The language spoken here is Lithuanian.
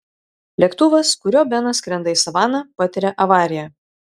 lėktuvas kuriuo benas skrenda į savaną patiria avariją